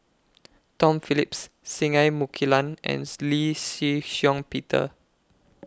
Tom Phillips Singai Mukilan and Lee Shih Shiong Peter